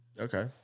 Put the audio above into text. Okay